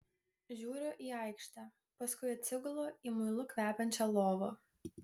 žiūriu į aikštę paskui atsigulu į muilu kvepiančią lovą